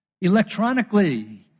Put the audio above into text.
electronically